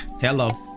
Hello